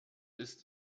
ist